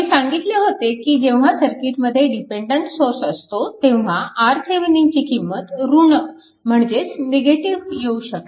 मी सांगितले होते की जेव्हा सर्किटमध्ये डिपेन्डन्ट सोर्स असतो तेव्हा RTheveninची किंमत ऋण म्हणजेच निगेटिव्ह येऊ शकते